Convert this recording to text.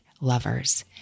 Lovers